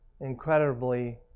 incredibly